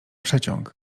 przeciąg